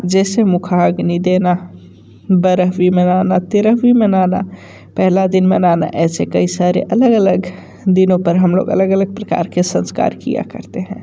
जैसे मुखाग्नि देना बरहवीं मनाना तेरहवीं मनाना पहला दिन मनाना ऐसे कई सारे अलग अलग दिनों पर हम लोग अलग अलग प्रकार के संस्कार किया करते हैं